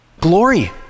Glory